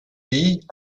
and